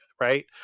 right